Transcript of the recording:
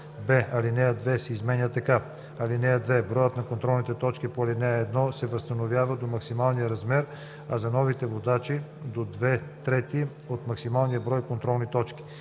б) алинея 2 се изменя така: „(2) Броят на контролните точки по ал. 1 се възстановява до максималния размер, а за новите водачи – до две трети от максималния брой контролни точки.